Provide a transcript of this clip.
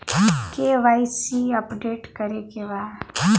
KYC update करे के बा?